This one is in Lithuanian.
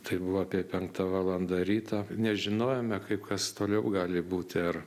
tai buvo apie penkta valanda ryto nežinojome kaip kas toliau gali būti ar